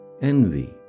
Envy